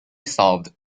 solved